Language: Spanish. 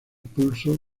pulso